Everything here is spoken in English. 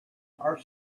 are